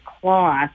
cloth